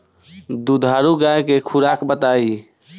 दुधारू गाय के खुराक बताई?